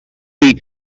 rudy